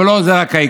אבל לא זה העיקר.